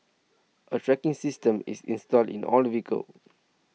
a tracking system is installed in all vehicles